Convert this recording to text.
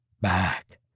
Back